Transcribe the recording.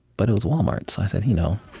but it was walmart. so i said, you know,